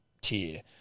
tier